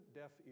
deaf